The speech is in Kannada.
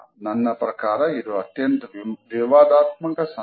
ನನ್ನ ಪ್ರಕಾರ ಇದು ಅತ್ಯಂತ ವಿವಾದಾತ್ಮಕ ಸನ್ನೆ